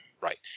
Right